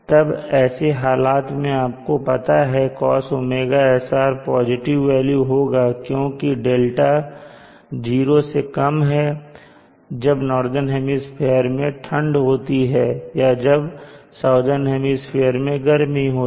तब ऐसे हालात में आपको पता है कि cos ωsr पॉजिटिव वेल्यू होगा क्योंकि δ जीरो से कम है जब नॉर्दन हेमिस्फीयर में ठंड होती या जब साउदर्न हेमिस्फीयर में गर्मी होती